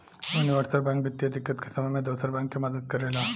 universal bank वित्तीय दिक्कत के समय में दोसर बैंक के मदद करेला